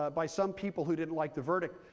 by some people who didn't like the verdict,